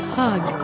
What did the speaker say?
hug